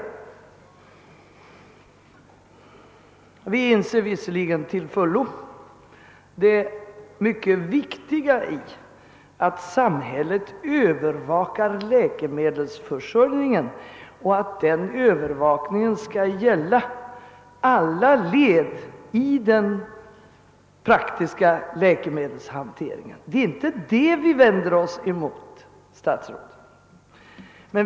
Vi inser visserligen till fullo att det är viktigt att samhället övervakar läkemedelsförsörjningen och att den övervakningen gäller alla led i den praktiska läkemedelshanteringen, men det är inte detta vi vänder oss mot, herr statsråd!